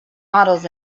models